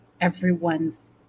everyone's